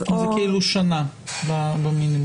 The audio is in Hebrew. זה כאילו שנה במינימום.